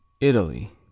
Italy